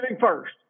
first